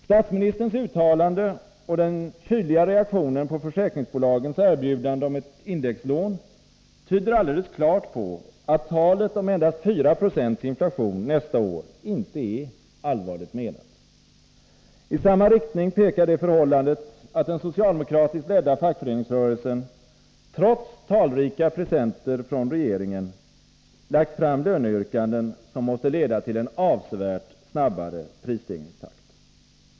Statsministerns uttalande och den kyliga reaktionen på försäkringsbolagens erbjudande om ett indexlån tyder alldeles klart på att talet om endast 4 Jo inflation nästa år inte är allvarligt menat. I samma riktning pekar det förhållandet att den socialdemokratiskt ledda fackföreningsrörelsen — trots talrika presenter från regeringen — lagt fram löneyrkanden som måste leda till en avsevärt snabbare prisstegringstakt.